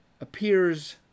appears